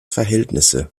verhältnisse